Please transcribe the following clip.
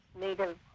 native